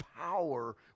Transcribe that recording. power